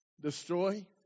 Destroy